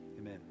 Amen